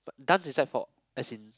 but dance inside for as in